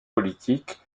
politique